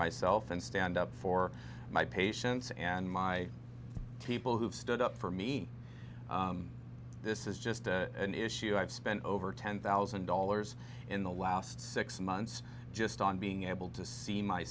myself and stand up for my patients and my people who have stood up for me this is just an issue i've spent over ten thousand dollars in the last six months just on being able to see my